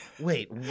wait